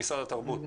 ממשרד התרבות.